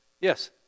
Yes